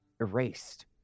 erased